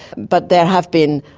but there have been,